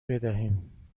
بدهیم